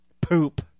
poop